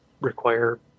require